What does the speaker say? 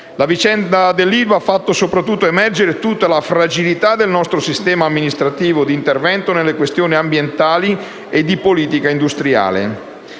La vicenda dell'ILVA ha fatto soprattutto emergere tutta la fragilità del nostro sistema amministrativo di intervento nelle questioni ambientali e di politica industriale.